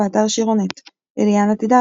באתר שירונט אליאנה תדהר,